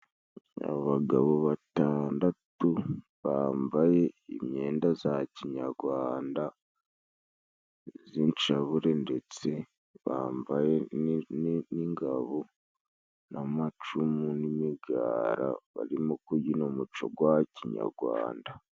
Abagabo batandatu bambaye imyenda za kinyagwanda z'incabure, ndetse bambaye ni ni n'ingabo n'amacumu n'imigara, barimo kubyina umuco gwa kinyagwanda.